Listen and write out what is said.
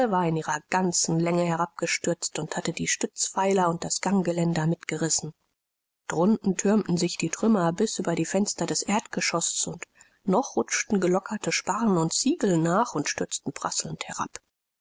in ihrer ganzen länge herabgestürzt und hatte die stützpfeiler und das ganggeländer mitgerissen drunten türmten sich die trümmer bis über die fenster des erdgeschosses und noch rutschten gelockerte sparren und ziegel nach und stürzten prasselnd herab